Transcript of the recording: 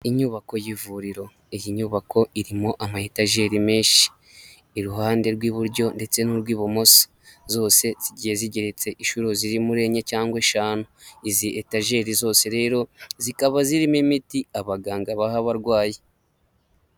Inyubako y'ivuriro, iyi nyubako irimo ama etajeri menshi, iruhande rw'iburyo ndetse n'urw'ibumoso, zose zigiye zigereritse inshuro ziri muri enye cyangwa eshanu. Izi etajeri zose rero, zikaba zirimo imiti abaganga baha abarwayi.